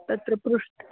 तत्र पृष्ट